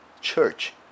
church